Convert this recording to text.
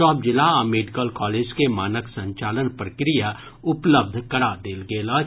सभ जिला आ मेडिकल कॉलेज के मानक संचालन प्रक्रिया उपलब्ध करा देल गेल अछि